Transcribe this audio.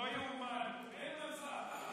לא ייאמן, אין מצב.